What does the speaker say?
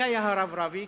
זה היה הרב רביץ,